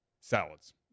salads